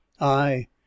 Aye